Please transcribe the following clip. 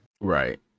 Right